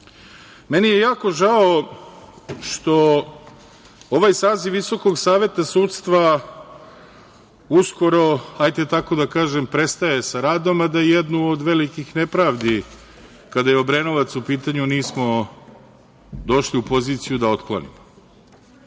je jako žao što ovaj saziv Visokog savet sudstva uskoro, tako da kažem, prestaje sa radom, a da jednu od velikih nepravdi kada je Obrenovac u pitanju, nismo došli u poziciju da otklonimo. Što